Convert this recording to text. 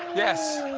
yes,